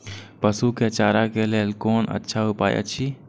पशु के चारा के लेल कोन अच्छा उपाय अछि?